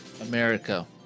America